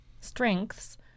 strengths